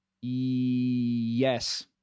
Yes